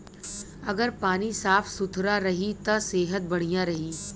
अगर पानी साफ सुथरा रही त सेहत बढ़िया रही